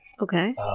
Okay